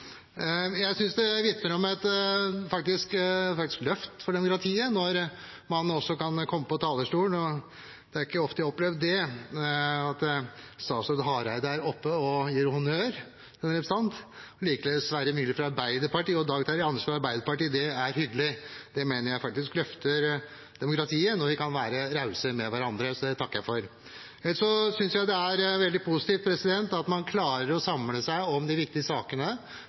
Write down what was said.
Jeg synes det vitner om et løft for demokratiet når statsråd Hareide oppe fra talerstolen gir honnør til en representant – det er ikke ofte jeg har opplevd det – og likeledes Sverre Myrli fra Arbeiderpartiet og Dag Terje Andersen fra Arbeiderpartiet. Det er hyggelig, jeg mener det faktisk løfter demokratiet når vi kan være rause med hverandre. Det takker jeg for. Så synes jeg det er veldig positivt at man klarer å samle seg om de viktige sakene,